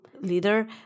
leader